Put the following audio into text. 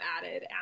added